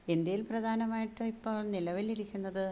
ഇന്ത്യയിൽ പ്രധാനമായിട്ട് ഇപ്പോൾ നിലവിലിരിക്കുന്നത്